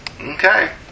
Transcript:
Okay